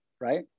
Right